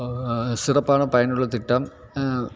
சிறப்பான பயனுள்ள திட்டம்